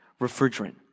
refrigerant